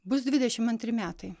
bus dvidešimt antri metai